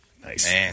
nice